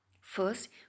First